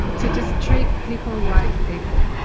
to just treat people like people?